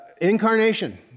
Incarnation